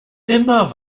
immer